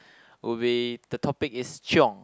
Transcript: would be the topic is chiong